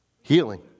Healing